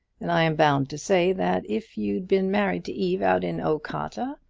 and i am bound to say that if you'd been married to eve out in okata,